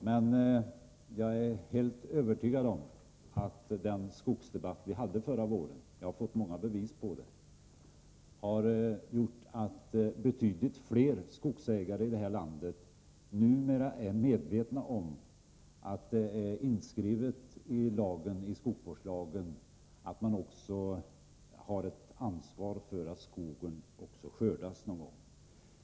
Men jag är helt övertygad om — och jag har fått många bevis för det — att den skogsvårdsdebatt vi hade förra våren har gjort att betydligt fler skogsägare här i landet numera är medvetna om att det är inskrivet i skogsvårdslagen att man också har ett ansvar för att skogen skördas någon gång.